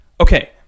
Okay